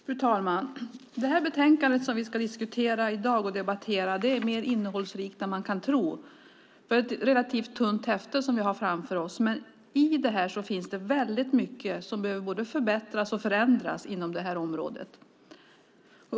Fru talman! Det betänkande som vi debatterar i dag är mer innehållsrikt än man kan tro. Det är ett relativt tunt häfte som vi har framför oss, men det handlar om mycket som behöver både förbättras och förändras inom det här området.